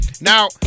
Now